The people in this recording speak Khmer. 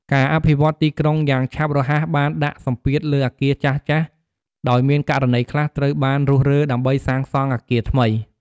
ការអភិវឌ្ឍន៍ទីក្រុងយ៉ាងឆាប់រហ័សបានដាក់សម្ពាធលើអគារចាស់ៗ ដោយមានករណីខ្លះត្រូវបានរុះរើដើម្បីសាងសង់អគារថ្មី។